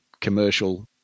commercial